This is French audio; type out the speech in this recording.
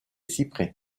cyprès